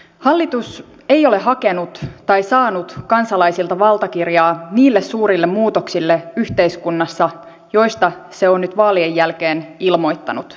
hallitus ei ole hakenut tai saanut kansalaisilta valtakirjaa niille suurille muutoksille yhteiskunnassa joista se on nyt vaalien jälkeen ilmoittanut